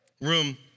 room